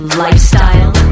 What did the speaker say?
lifestyle